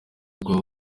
rw’aho